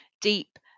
deep